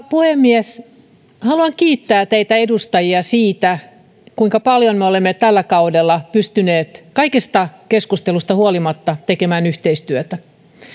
puhemies haluan kiittää teitä edustajia siitä kuinka paljon me olemme tällä kaudella pystyneet kaikesta keskustelusta huolimatta tekemään yhteistyötä